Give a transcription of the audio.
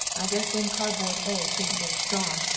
i guess them cardboard eggs aint very strong,